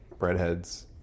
Breadheads